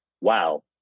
wow